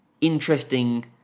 interesting